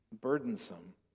burdensome